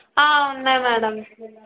ఉన్నాయి మ్యాడమ్